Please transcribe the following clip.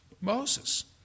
Moses